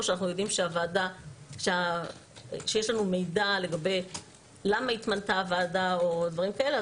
או כשיש לנו מידע למה התמנתה הוועדה או דברים כאלה,